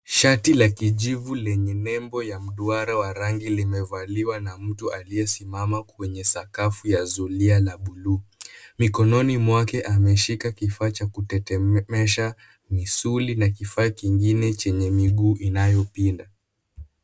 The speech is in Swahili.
Shati la kijivu lenye nembo ya mduara wa rangi limevalia na mtu aliyesimama kwenye sakafu la zulia la buluu, mikononi mwake ameshika kifaa cha kutetemesha misuli na kifaa kingine chenye miguu inayopinda.